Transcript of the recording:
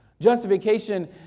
Justification